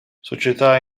società